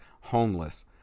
homeless